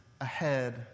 ahead